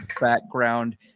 background